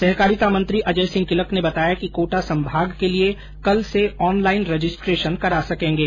सहकारिता मंत्री अजय सिंह किलक ने बताया कि कोटा सम्भाग के किसान कल से ऑनलाइन रजिस्ट्रेशन करा सकेंगे